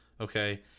okay